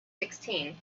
sixteen